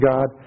God